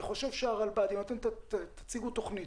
אני חושב שאם תציגו לנו תוכנית,